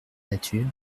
nature